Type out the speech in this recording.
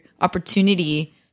opportunity